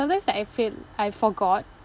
sometimes like I feel I forgot